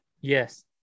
Yes